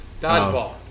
dodgeball